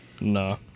Nah